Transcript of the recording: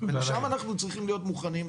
ולשם אנחנו צריכים להיות מוכנים.